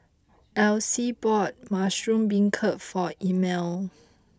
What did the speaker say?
Alyce bought Mushroom Beancurd for Elmire